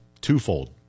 twofold